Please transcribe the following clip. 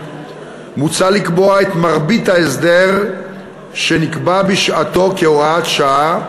מוצע לקבוע את מרבית ההסדר שנקבע בשעתו כהוראת שעה,